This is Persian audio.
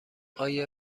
آیا